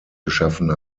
geschaffen